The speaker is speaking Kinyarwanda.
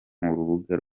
rubuga